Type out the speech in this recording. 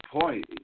point